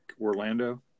Orlando